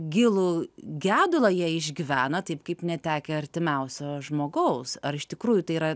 gilų gedulą jie išgyvena taip kaip netekę artimiausio žmogaus ar iš tikrųjų tai yra